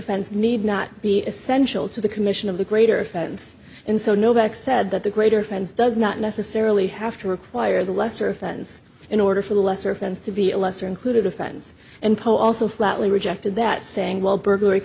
offense need not be essential to the commission of the greater offense and so novak said that the greater france does not necessarily have to require the lesser offense in order for the lesser offense to be a lesser included offense and poll also flatly rejected that saying well burg